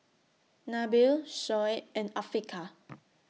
Nabil Shoaib and Afiqah